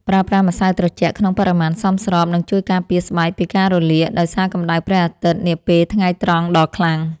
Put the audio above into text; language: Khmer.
ប្រើប្រាស់ម្សៅត្រជាក់ក្នុងបរិមាណសមស្របនឹងជួយការពារស្បែកពីការរលាកដោយសារកម្តៅព្រះអាទិត្យនាពេលថ្ងៃត្រង់ដ៏ខ្លាំង។